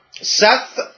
Seth